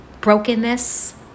brokenness